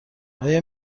آیا